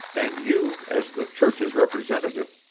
and you, as the church's representative,